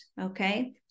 okay